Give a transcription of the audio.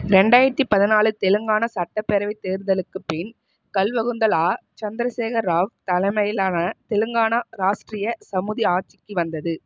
ரெண்டாயிரத்து பதினாலு தெலுங்கானா சட்டப்பேரவைத் தேர்தலுக்குப் பின் கல்வகுந்தலா சந்திரசேகராவ் தலைமையிலான தெலுங்கானா ராஷ்ட்ரிய சமிதி ஆட்சிக்கு வந்தது